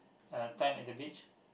a time at the beach